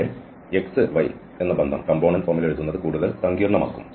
ഇവിടെ x y എന്ന ബന്ധം കംപോണന്റ് ഫോമിൽ എഴുതുന്നത് കൂടുതൽ സങ്കീർണമാക്കും